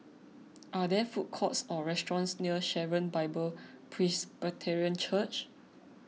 are there food courts or restaurants near Sharon Bible Presbyterian Church